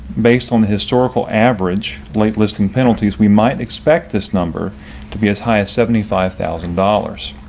based on the historical average late listing penalties, we might expect this number to be as high as seventy five thousand dollars.